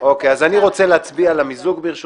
אז אני רוצה להצביע על המיזוג, ברשותכם,